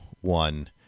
one